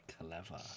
Clever